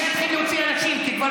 רבותיי, אני אתחיל להוציא אנשים, כי כבר